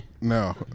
no